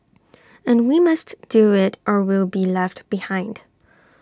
and we must do IT or we'll be left behind